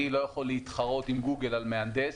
אני לא יכול להתחרות עם גוגל על מהנדס,